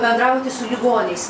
bendrauti su ligoniais